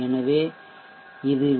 எனவே இது வி